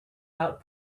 out